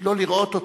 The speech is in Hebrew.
לא לראות אותנו.